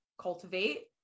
cultivate